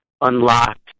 unlocked